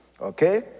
Okay